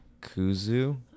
kuzu